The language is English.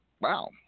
wow